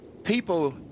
people